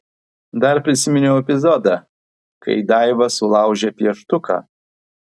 dar prisiminiau epizodą kai daiva sulaužė pieštuką